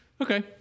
Okay